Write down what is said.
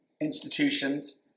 institutions